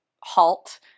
halt